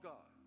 God